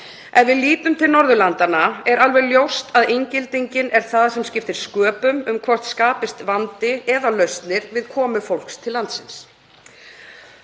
Ef við lítum til Norðurlandanna er alveg ljóst að inngildingin er það sem skiptir sköpum um hvort það skapist vandi eða lausnir við komu fólks til landsins.